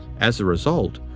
as a result,